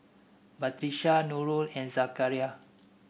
Batrisya Nurul and Zakaria